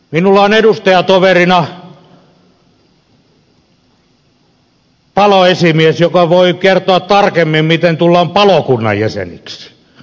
minulla on edustajatoverina paloesimies joka voi kertoa tarkemmin miten tullaan palokunnan jäseniksi